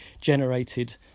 generated